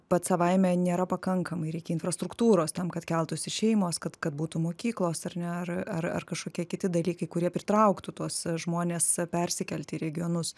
pats savaime nėra pakankamai reikia infrastruktūros tam kad keltųsi šeimos kad kad būtų mokyklos ar ne ar ar ar kažkokie kiti dalykai kurie pritrauktų tuos žmones persikelti į regionus